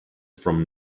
from